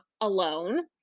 alone